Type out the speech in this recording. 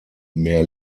mehr